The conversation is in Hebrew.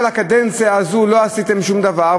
כל הקדנציה הזו לא עשיתם שום דבר,